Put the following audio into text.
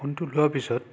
ফোনটো লোৱাৰ পিছত